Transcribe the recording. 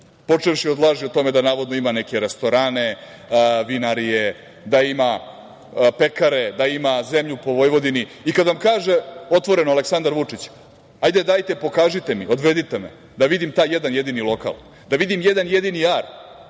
počevši od laži o tome da navodno ima neke restorane, vinarije, da ima pekare, da ima zemlju po Vojvodini? Kad vam kaže otvoreno Aleksandar Vučić – hajde, dajte, pokažite mi, odvedite mi da vidim taj jedan jedini lokal, da vidim jedan jedini ar,